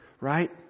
right